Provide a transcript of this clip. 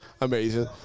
Amazing